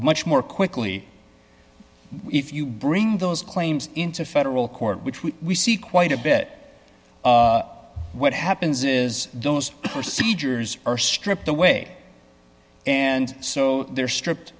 much more quickly if you bring those claims into federal court which we see quite a bit what happens is those procedures are stripped away and so they're stripped